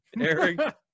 Eric